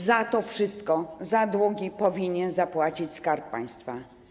Za to wszystko, za długi powinien zapłacić Skarb Państwa.